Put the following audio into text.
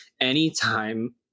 anytime